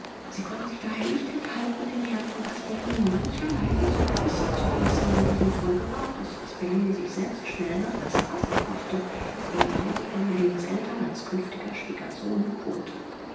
sie konnten sich daher nicht enthalten dem herrn von asperlin mancherlei besorgnisse zu äußern deren folge war daß asperlin sich selbst schnell nach la sarraz aufmachte wo er im hause von helenens eltern als künftiger schwiegersohn wohnte